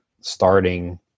starting